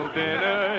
dinner